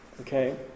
Okay